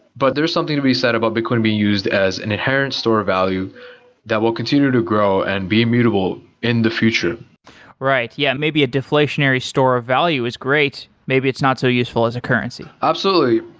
but there is something to be said about bitcoin being used as an inherent store value that will continue to grow and be immutable in the future right. yeah, maybe a deflationary store value is great. maybe it's not so useful as a currency absolutely.